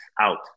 out